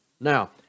Now